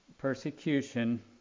persecution